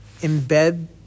embed